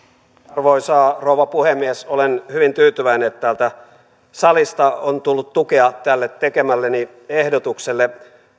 arvoisa rouva puhemies olen hyvin tyytyväinen että täältä salista on tullut tukea tälle tekemälleni ehdotukselle